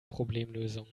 problemlösung